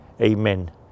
Amen